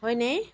হয়নে